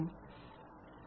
Πid name சம்பளம்